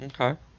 Okay